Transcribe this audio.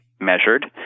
measured